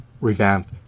Revamp